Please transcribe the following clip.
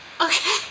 Okay